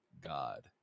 god